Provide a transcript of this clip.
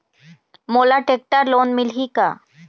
मोला tractor loan मिलही का?